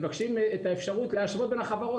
לכן אנחנו מבקשים את האפשרות להשוות בין החברות,